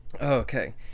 Okay